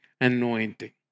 anointing